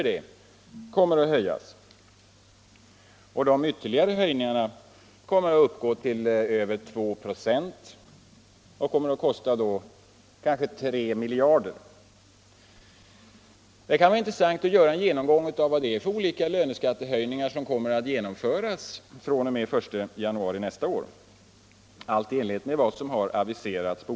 Dessa ytterligare ökningar kommer att uppgå till över 2 96 eller mer än 3 miljarder kronor. Det kan vara intressant att ange alla de olika löneskattehöjningar som på olika sätt aviserats och som träder i kraft fr.o.m. den 1 januari nästa år.